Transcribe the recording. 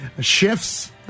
shifts